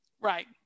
Right